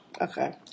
Okay